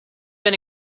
been